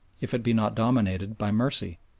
if it be not dominated by mercy.